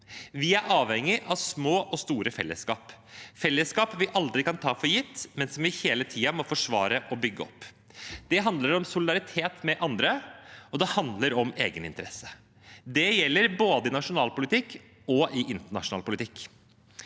Vi er avhengig av små og store fellesskap, fellesskap vi aldri kan ta for gitt, men som vi hele tiden må forsvare og bygge opp. Det handler om solidaritet med andre, og det handler om egeninteresse. Det gjelder både i nasjonal politikk og i internasjonal politikk.